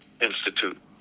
Institute